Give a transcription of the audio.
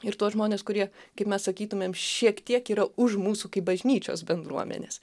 ir tuos žmones kurie kaip mes sakytumėm šiek tiek yra už mūsų kaip bažnyčios bendruomenės